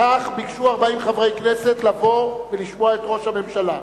לכך ביקשו 40 חברי כנסת לבוא ולשמוע את ראש הממשלה.